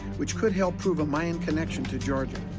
which could help prove a mayan connection to georgia.